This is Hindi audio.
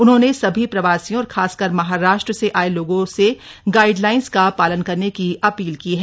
उन्होंने सभी प्रवासियों और खासकर महाराष्ट्र से आये लोगों से गाइडलाइंस का पालने करने की अपील की है